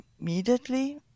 immediately